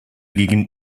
gegen